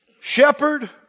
shepherd